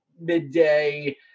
midday